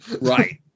Right